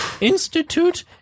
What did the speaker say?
institute